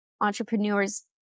entrepreneurs